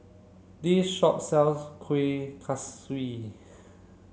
this shop sells Kuih Kaswi